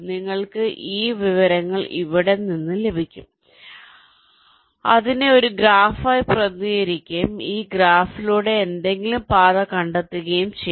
നിങ്ങൾക്ക് ഈ വിവരങ്ങൾ അവിടെ നിന്ന് ലഭിക്കും അതിനെ ഒരു ഗ്രാഫായി പ്രതിനിധീകരിക്കുകയും ആ ഗ്രാഫിലൂടെ എന്തെങ്കിലും പാത കണ്ടെത്തുകയും ചെയ്യാം